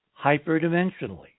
hyperdimensionally